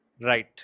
Right